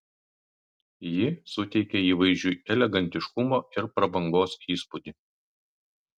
ji suteikia įvaizdžiui elegantiškumo ir prabangos įspūdį